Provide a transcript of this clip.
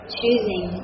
choosing